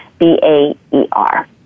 B-A-E-R